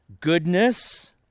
goodness